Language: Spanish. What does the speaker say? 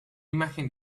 imagen